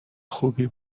خوبی